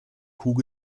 kuh